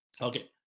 Okay